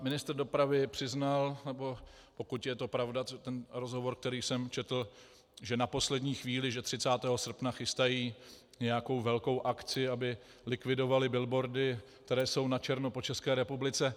Ministr dopravy přiznal, pokud je to pravda, co ten rozhovor, který jsem četl, že na poslední chvíli, že 30. srpna chystají nějakou velkou akci, aby likvidovali billboardy, které jsou načerno po České republice.